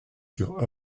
sur